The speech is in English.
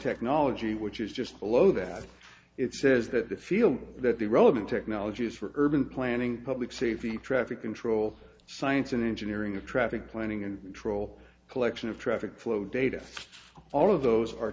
technology which is just below that it says that the feel that the relevant technology is for urban planning public safety traffic control science and engineering of traffic planning and troll collection of traffic flow data all of those are